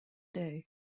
day